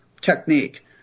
technique